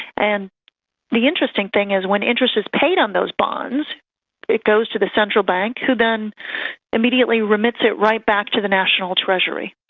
and the interesting thing is when interest is paid on those bonds it goes to the central bank who then immediately remits it right back to the national treasury.